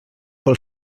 pel